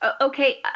Okay